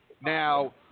Now